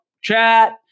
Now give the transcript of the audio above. chat